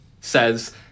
says